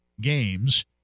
games